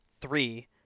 three